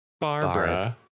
Barbara